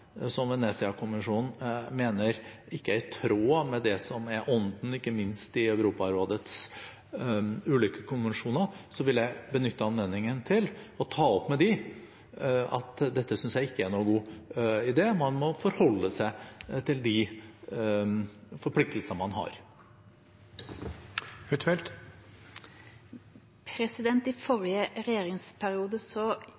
som Venezia-kommisjonen mener ikke er i tråd med det som er ånden ikke minst i Europarådets ulike konvensjoner, vil jeg benytte anledningen til å ta opp med dem at jeg ikke synes dette er noen god idé. Man må forholde seg til de forpliktelsene man har. I forrige regjeringsperiode kritiserte Høyres representanter utenriksministeren fra Arbeiderpartiet for